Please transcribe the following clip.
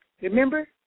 Remember